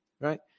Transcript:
right